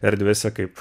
erdvėse kaip